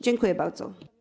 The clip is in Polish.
Dziękuję bardzo.